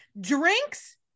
Drinks